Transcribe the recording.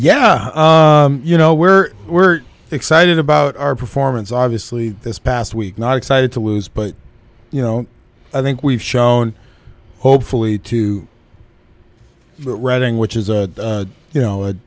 yeah you know we're we're excited about our performance obviously this past week not excited to lose but you know i think we've shown hopefully to that reading which is a you know